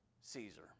Caesar